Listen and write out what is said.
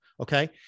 Okay